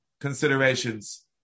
considerations